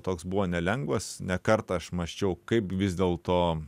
toks buvo nelengvas ne kartą aš mąsčiau kaip vis dėlto